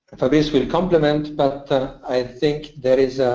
fabrice will complement, but i think there is